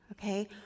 okay